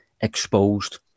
exposed